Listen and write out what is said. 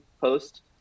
post